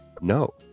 No